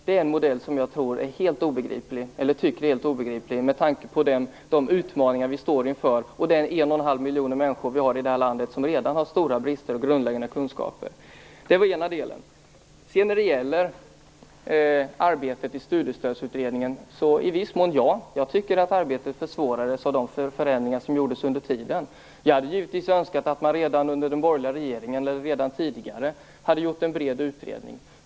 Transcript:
Det är en modell som jag tycker är helt obegriplig med tanke på de utmaningar vi står inför och de en och en halv miljon människor i det här landet som redan har stora brister i grundläggande kunskaper. Det var den ena delen. När det sedan gäller arbetet i Studiestödsutredningen är svaret i viss mån ja - jag tycker att arbetet försvårades av de förändringar som gjordes efter hand. Jag hade givetvis önskat att man redan under den borgerliga regeringen eller ännu tidigare hade gjort en bred utredning.